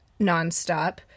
nonstop